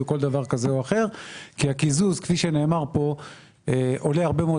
או כל דבר כזה או אחר כי הקיזוז כאמור עולה הרבה מאוד